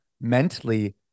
mentally